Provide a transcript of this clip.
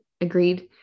agreed